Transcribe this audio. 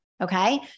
Okay